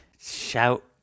shout